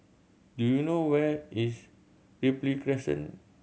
do you know where is Ripley Crescent